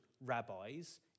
rabbis